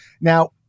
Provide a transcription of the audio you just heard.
Now